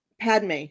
Padme